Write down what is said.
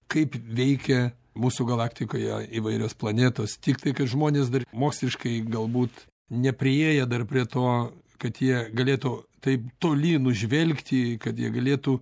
kaip veikia mūsų galaktikoje įvairios planetos tiktai kad žmonės dar moksliškai galbūt nepriėję dar prie to kad jie galėtų taip toli nužvelgti kad jie galėtų